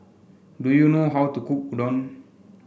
do you know how to cook Udon